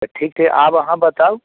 तऽ ठीक छै आब आहाँ बताउ